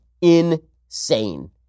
insane